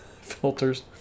filters